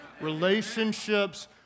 relationships